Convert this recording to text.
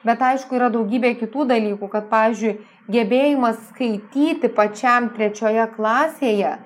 bet aišku yra daugybė kitų dalykų kad pavyzdžiui gebėjimas skaityti pačiam trečioje klasėje